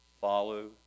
Follow